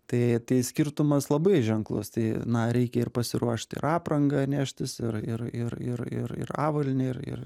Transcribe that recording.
tai tai skirtumas labai ženklus tai na reikia ir pasiruošt ir aprangą neštis ir ir ir ir ir ir avalynę ir ir